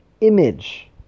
image